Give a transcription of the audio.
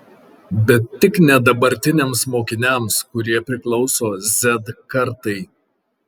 bet tik ne dabartiniams mokiniams kurie priklauso z kartai